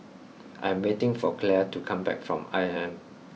I am waiting for Claire to come back from I M M